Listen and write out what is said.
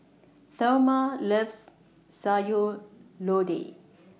Thelma loves Sayur Lodeh